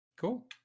cool